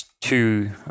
two